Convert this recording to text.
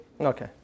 Okay